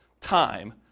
time